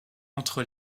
entre